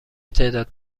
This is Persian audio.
تعداد